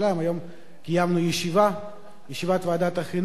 היום קיימנו ישיבה, ישיבת ועדת החינוך.